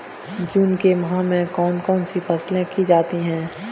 जून के माह में कौन कौन सी फसलें की जाती हैं?